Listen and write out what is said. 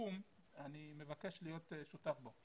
שיקום אני מבקש להיות שותף בו.